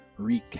recap